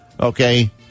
okay